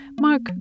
Mark